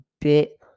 bit